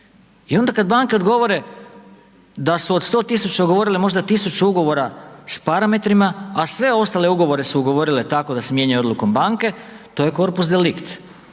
I onda kad banke odgovore da su od 100 000 ugovorile možda 1000 ugovora s parametrima, a sve ostale ugovore su ugovorile tako da se mijenjaju odlukom banke, to je corpus delict,